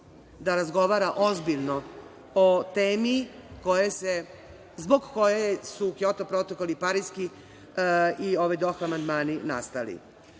da razgovara ozbiljno o temi zbog koje su Kjoto protokol i Pariski i ovi Doha amandmani nastali. Nadam